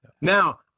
Now